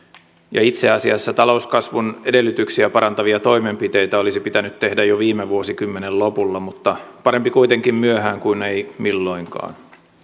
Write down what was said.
itse asiassa talouskasvun edellytyksiä parantavia toimenpiteitä olisi pitänyt tehdä jo viime vuosikymmenen lopulla mutta parempi kuitenkin myöhään kuin ei milloinkaan